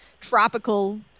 tropical